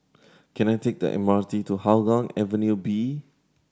can I take the M R T to Hougang Avenue B